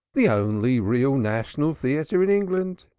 the only real national theatre in england.